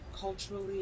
culturally